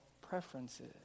preferences